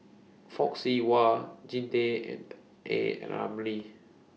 Fock Siew Wah Jean Tay and A Ramli